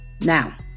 Now